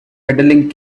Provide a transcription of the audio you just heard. medaling